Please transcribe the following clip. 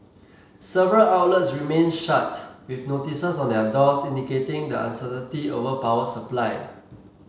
several outlets remained shut with notices on their doors indicating the uncertainty over power supply